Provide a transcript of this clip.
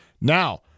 Now